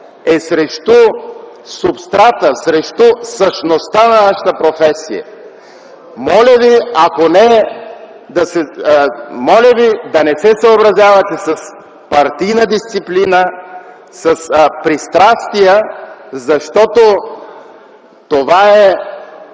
е срещу субстрата, срещу същността на нашата професия. Моля ви да не се съобразявате с партийна дисциплина, с пристрастия, защото това е